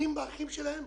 ובוגדים באחים שלהם.